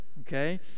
okay